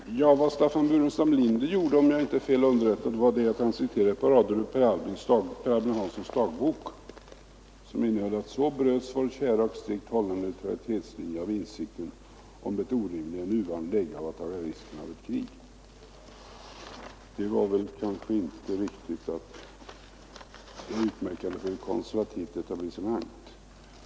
Fru talman! Vad Staffan Burenstam Linder gjorde var, om jag inte är fel underrättad, att han citerade ett par rader ur Per Albin Hanssons dagbok vilka löd: ”Så bröts vår kära och strikt hållna neutralitetslinje av insikten om det orimliga i nuvarande läge att taga risken av ett krig.” Det var kanske inte riktigt utmärkande för ett konservativt etablissemang.